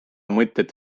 mõtet